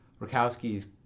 Rakowski's